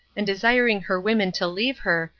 and desiring her women to leave her,